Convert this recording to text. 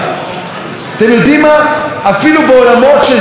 אפילו בעולמות שהיו מחנות הרבה יותר מגובשים